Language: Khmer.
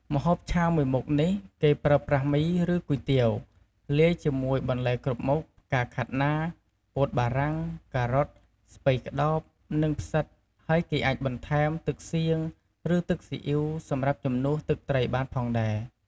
ម្ហូបឆាមួយមុខនេះគេប្រើប្រាស់មី ឬគុយទាវ លាយជាមួយបន្លែគ្រប់មុខ ផ្កាខាត់ណា ពោតបារាំង ការ៉ុត ស្ពៃក្ដោប និងផ្សិត ហើយគេអាចបន្ថែម ទឹកសៀង ឬទឹកស៊ីអ៉ីវ សម្រាប់ជំនួសទឹកត្រីបានផងដែរ។